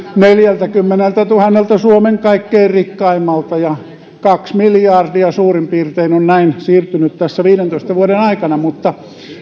neljältäkymmeneltätuhannelta suomen kaikkein rikkaimmalta kaksi miljardia suurin piirtein on näin siirtynyt tässä viidentoista vuoden aikana mutta